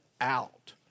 out